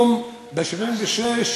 ב-1976,